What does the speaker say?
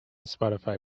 spotify